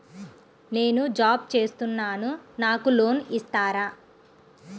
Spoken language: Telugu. నేను జాబ్ చేస్తున్నాను నాకు లోన్ ఇస్తారా?